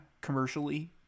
commercially